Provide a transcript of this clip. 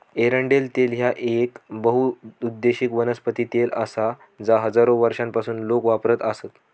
एरंडेल तेल ह्या येक बहुउद्देशीय वनस्पती तेल आसा जा हजारो वर्षांपासून लोक वापरत आसत